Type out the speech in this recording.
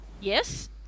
yes